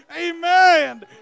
Amen